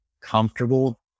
comfortable